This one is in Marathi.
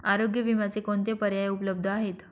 आरोग्य विम्याचे कोणते पर्याय उपलब्ध आहेत?